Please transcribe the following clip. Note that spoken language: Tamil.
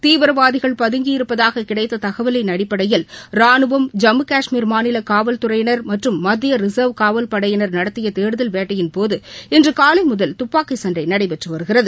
தீவிரவாதிகள் பதுங்கியிருப்பதாக கிடைத்த தகவலின் அடிப்படையில் ராணுவம் ஜம்மு கஷ்மீர் மாநில காவல் துறையினர் மற்றும் மத்திய ரிசர்வ் காவல் படையினர் நடத்திய தேடுதல் வேட்டையின் போது இன்று காலை முதல் துப்பாக்கிச் சண்டை நடைபெற்று வருகிறது